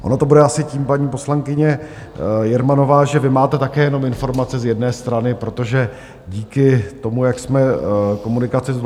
Ono to bude asi tím, paní poslankyně Jermanová, že vy máte také jenom informace z jedné strany, protože díky tomu, jak jsme komunikaci zvládli...